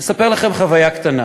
אני אספר לכם על חוויה קטנה.